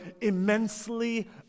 immensely